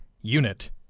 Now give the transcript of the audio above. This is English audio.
unit